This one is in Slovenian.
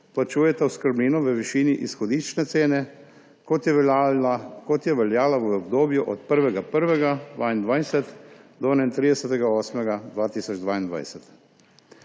plačujeta oskrbnino v višini izhodiščne cene, kot je veljala v obdobju od 1. 1. 2022 do 31. 8. 2022.